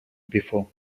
before